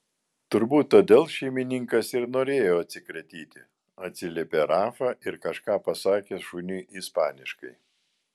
turbūt todėl šeimininkas ir norėjo atsikratyti atsiliepė rafa ir kažką pasakė šuniui ispaniškai